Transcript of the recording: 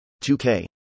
2K